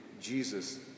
Jesus